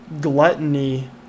gluttony